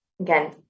again